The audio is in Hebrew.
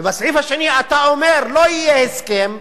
ובסעיף השני אתה אומר לא יהיה הסכם,